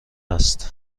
است